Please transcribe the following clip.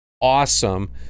awesome